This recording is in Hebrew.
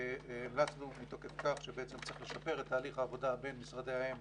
וראינו מתוקף כך שבעצם צריך לשפר את תהליך העבודה בין משרדי האם